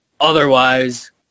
Otherwise